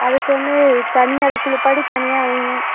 அதுக்கு வந்து தனியாக அதை குளிப்பாட்டி தனியாக வைங்க